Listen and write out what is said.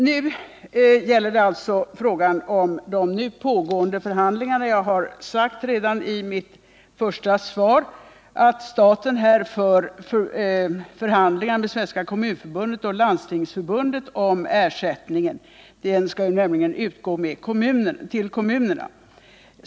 Nu gäller det alltså frågan om de pågående förhandlingarna. Jag har sagt redan i mitt första anförande att staten bedriver förhandlingar med Svenska kommunförbundet och Landstingsförbundet om ersättningen. Den skall nämligen utgå till kommunerna.